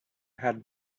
had